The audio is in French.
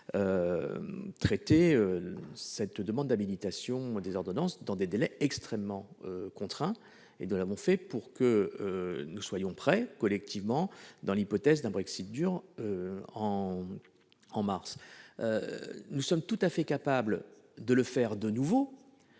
traité sa demande d'habilitation à légiférer par ordonnances dans des délais extrêmement contraints. Nous l'avons fait pour que nous soyons prêts, collectivement, dans l'hypothèse d'un Brexit « dur » en mars. Nous sommes tout à fait capables de le faire de nouveau,